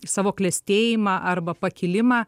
savo klestėjimą arba pakilimą